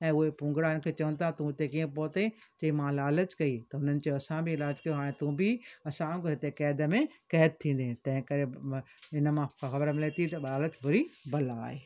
ऐं उहे पुंगड़ा हिनखे चओनि त तू हिते कीअं पहुतईं चईं मां लालच कई त हुननि चयो असां बि लालच कयो हाणे तू बि असां हिते कैद में कैद थींदे तंहिं करे इन मां मिलई थी त लालच बुरी बला आहे